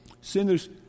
sinners